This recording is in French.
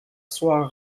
soient